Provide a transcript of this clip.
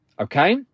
okay